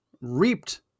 reaped